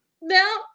no